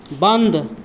बन्द